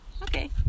Okay